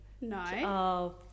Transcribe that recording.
No